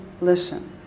listen